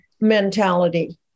mentality